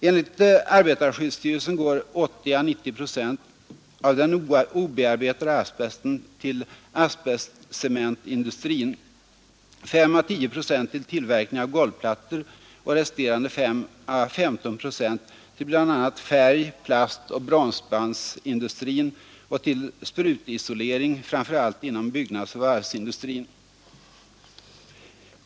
Enligt arbetarskyddsstyrelsen går 80—90 procent av den obearbetade asbesten till asbestcementindustrin, 5—10 procent till tillverkning av golvplattor och resterande S—15 procent till bl.a. färg-, plastoch bromsbandsindustrin och till sprutisolering, framför allt inom byggnadsoch varvsindustrin.